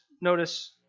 notice